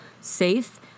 safe